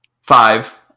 Five